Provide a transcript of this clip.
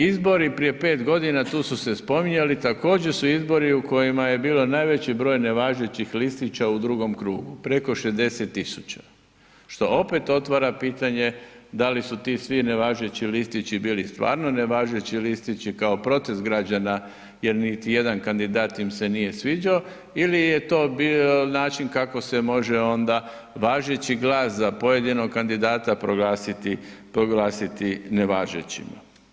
Izbori prije 5 godina tu su se spominjali, također su izbori u kojima je bio najveći broj nevažećih listića u drugom krugu, preko 60 tisuća što opet otvara pitanje da li su ti svi nevažeći listići bili stvarno nevažeći listići kao protest građana jer niti jedan kandidat im se nije sviđao ili je to bio način kako se može onda važeći glas za pojedinog kandidata proglasiti, proglasiti nevažećima.